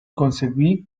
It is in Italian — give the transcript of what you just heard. conseguì